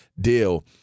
deal